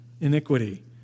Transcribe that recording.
iniquity